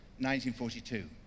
1942